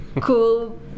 cool